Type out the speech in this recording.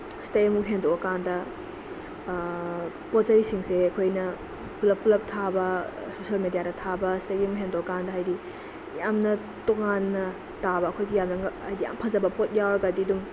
ꯁꯤꯗꯩ ꯑꯃꯨꯛ ꯍꯦꯟꯇꯣꯛꯑꯀꯥꯟꯗ ꯄꯣꯠ ꯆꯩꯁꯤꯡꯁꯦ ꯑꯩꯈꯣꯏꯅ ꯄꯨꯂꯞ ꯄꯨꯂꯞ ꯊꯥꯕ ꯁꯣꯁꯦꯜ ꯃꯦꯗꯤꯌꯥꯗ ꯊꯥꯕ ꯁꯤꯗꯒꯤ ꯑꯃꯨꯛ ꯍꯦꯟꯗꯣꯛꯑꯀꯥꯟꯗ ꯍꯥꯏꯗꯤ ꯌꯥꯝꯅ ꯇꯣꯉꯥꯟꯅ ꯇꯥꯕ ꯑꯩꯈꯣꯏꯒꯤ ꯌꯥꯝꯅ ꯍꯥꯏꯗꯤ ꯌꯥꯝ ꯐꯖꯕ ꯄꯣꯠ ꯌꯥꯎꯔꯒꯗꯤ ꯑꯗꯨꯝ